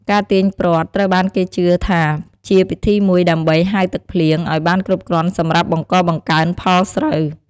ការទាញព្រ័ត្រត្រូវបានគេជឿថាជាពិធីមួយដើម្បី ហៅទឹកភ្លៀង ឱ្យបានគ្រប់គ្រាន់សម្រាប់បង្កបង្កើនផលស្រូវ។